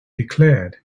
declared